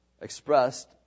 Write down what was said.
expressed